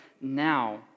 now